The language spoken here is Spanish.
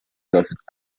los